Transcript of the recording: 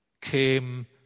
came